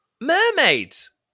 Mermaids